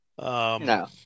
No